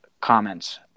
comments